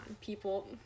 people